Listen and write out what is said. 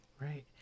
right